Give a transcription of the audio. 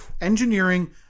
Engineering